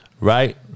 right